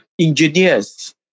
engineers